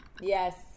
Yes